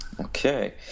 Okay